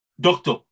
doctor